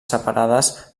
separades